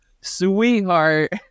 sweetheart